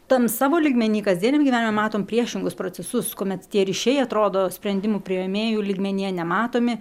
tam savo lygmeny kasdieniam gyvenime matom priešingus procesus kuomet tie ryšiai atrodo sprendimų priėmėjų lygmenyje nematomi